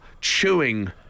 chewing